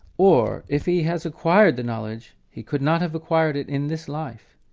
or, if he has acquired the knowledge he could not have acquired it in this life,